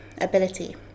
ability